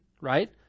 right